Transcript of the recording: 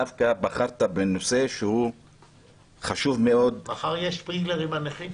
דווקא בחרת בנושא שהוא חשוב מאוד -- מחר יש עם הנכים...